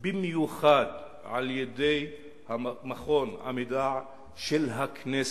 במיוחד על-ידי מרכז המידע של הכנסת.